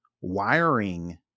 wiring